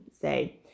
say